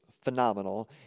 phenomenal